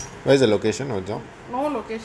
where's the location of the job